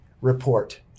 report